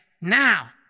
Now